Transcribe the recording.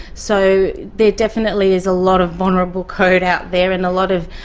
so there definitely is a lot of vulnerable code out there, and a lot of